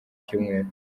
cyumweru